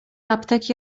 apteki